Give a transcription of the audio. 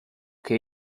che